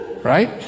right